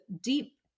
deep